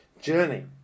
journey